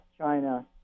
China